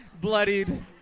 bloodied